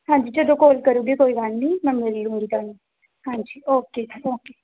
ਹਾਂਜੀ ਜਦੋਂ ਕੋਲ ਕਰੂੰਗੇ ਕੋਈ ਗੱਲ ਨਹੀਂ ਮੈਂ ਮਿਲ ਲੂੰਗੀ ਤੁਹਾਨੂੰ ਹਾਂਜੀ ਓਕੇ ਜੀ ਓਕੇ